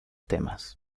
temas